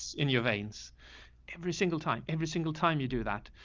in your veins every single time. every single time you do that,